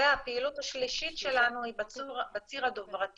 והפעילות השלישית שלנו היא בציר הדוברתי,